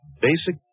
basic